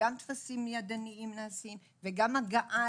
וגם טפסים ידניים נעשים, וגם הגעה